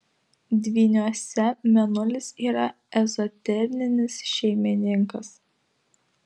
dvyniuose mėnulis yra ezoterinis šeimininkas